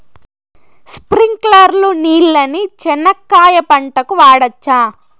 స్ప్రింక్లర్లు నీళ్ళని చెనక్కాయ పంట కు వాడవచ్చా?